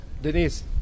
Denise